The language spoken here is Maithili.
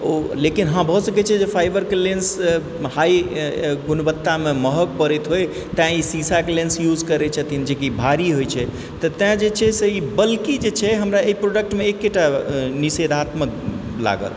ओ लेकिन हाँ भऽ सकै छै जे फाइबरके लेन्स एहि गुणवत्तामे महगा पड़ैत होइ तैं ई शीशाके लेन्स यूज करै छथिन जेकि भाड़ी होइ छै तऽ तै जे छै से ई बल्कि जे छै हमरा एहि प्रोडक्टमे एकेटा निषेधात्मक लागल